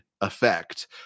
effect